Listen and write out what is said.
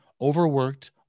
overworked